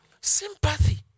sympathy